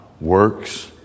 works